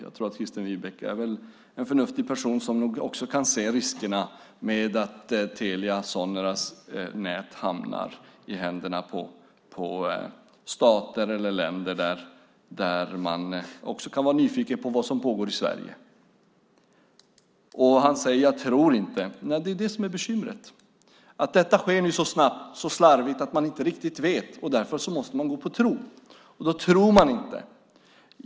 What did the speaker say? Christer Winbäck är väl en förnuftig person som också kan se riskerna med att Telia Soneras nät hamnar i händerna på stater eller länder där man också kan vara nyfiken på vad som pågår i Sverige. Han säger: Jag tror inte. Nej, det är det som är bekymret. Detta sker nu så snabbt och slarvigt att man inte riktigt vet och att man därför måste gå på tro. Då tror man inte det.